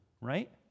right